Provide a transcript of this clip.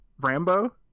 Rambo